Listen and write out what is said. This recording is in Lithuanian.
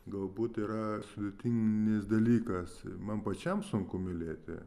galbūt yra sudėtinis dalykas man pačiam sunku mylėti